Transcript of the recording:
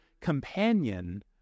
companion